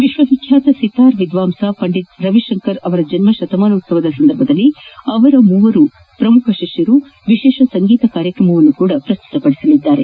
ವಿಶ್ವವಿಖ್ಣಾತ ಸಿತಾರ್ ವಿಧ್ವಾಂಸ ಪಂಡಿತ್ ರವಿಶಂಕರ್ ಅವರ ಜನ್ನ ಶತಮಾನೋತ್ವವ ಸಂದರ್ಭದಲ್ಲಿ ಅವರ ಮೂರು ಮಂದಿ ಶ್ರಮುಖ ಶಿಷ್ಣರು ವಿಶೇಷ ಸಂಗೀತ ಕಾರ್ಯಕ್ರಮವನ್ನು ಪ್ರಸ್ತುತ ಪಡಿಸಲಿದ್ದಾರೆ